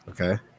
Okay